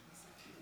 התשפ"ד